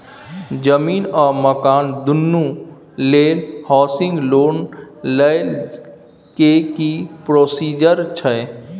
जमीन आ मकान दुनू लेल हॉउसिंग लोन लै के की प्रोसीजर छै?